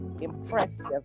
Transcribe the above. impressive